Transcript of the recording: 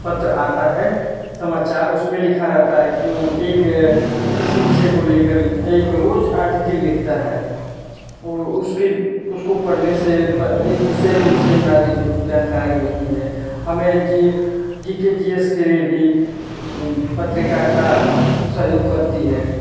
पत्र आता है समाचार उसमें लिखा रहता है एक किसी विषय को लेकर एक रोज़ आर्टिकल लिखता है और उसके उसको पढ़ने से एक विषय की विषय में नॉलेज जानकारी होती है हमें G G K G S के लिए भी पत्रकारिता सहयोग करती है